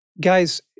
Guys